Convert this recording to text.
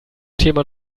thema